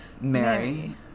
Mary